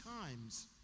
times